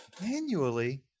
Manually